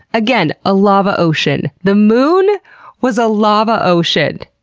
again, a lava ocean! the moon was a lava ocean!